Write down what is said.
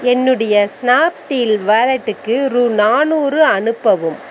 என்னுடைய ஸ்னாப்டீல் வாலெட்டுக்கு ரூ நானூறு அனுப்பவும்